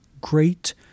great